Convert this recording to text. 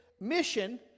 mission